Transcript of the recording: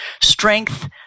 strength